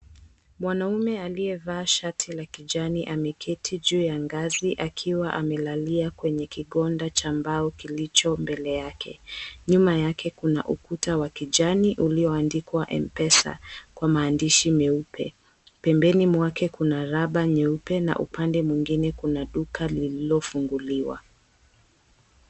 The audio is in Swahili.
Mwanaume aliyevaa shati la kijani ameketi juu ya ngazi akiwa amelalia kwenye kigonda cha mbao kilicho mbele yake. Nyuma yake kuna ukuta wa kijani ulioandikwa MPESA kwa maandishi meupe. Pembeni mwake kuna rubber nyeupe na upande mwingine kuna duka lililofunguliwa.